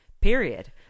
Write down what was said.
Period